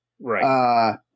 right